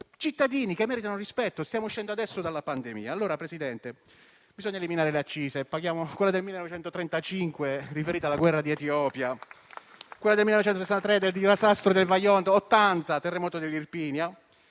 cittadini che meritano rispetto. Stiamo uscendo adesso dalla pandemia. Allora, Presidente, bisogna eliminare le accise. Paghiamo quella del 1935, riferita alla guerra di Etiopia, quella del 1963 per il disastro del Vajont, quella del 1980 per il terremoto dell'Irpinia.